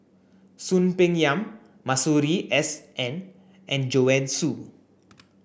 Soon Peng Yam Masuri S N and Joanne Soo